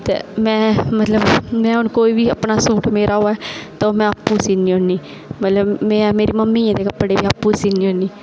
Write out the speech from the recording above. ते में मतलब होर कोई बी मेरा सूट होऐ ते ओह् में आपें सीह्नी होनी मतलब में अपनी मम्मी दे कपड़े आपूं सीह्नी होनी